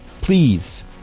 please